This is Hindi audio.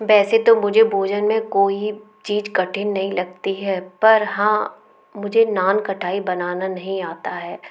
वैसे तो मुझे भोजन मे कोई चीज़ कठिन नहीं लगती है पर हाँ मुझे नानखटाई बनाना नहीं आता है